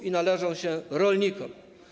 One należą się rolnikom.